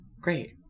Great